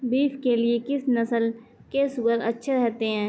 Beef के लिए किस नस्ल के सूअर अच्छे रहते हैं?